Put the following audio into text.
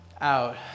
out